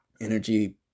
energy